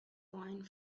wine